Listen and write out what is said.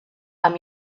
amb